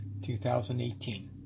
2018